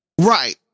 Right